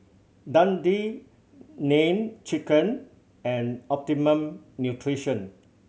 Dundee Nene Chicken and Optimum Nutrition